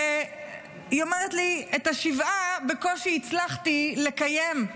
והיא אומרת לי: את השבעה בקושי הצלחתי לקיים.